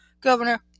governor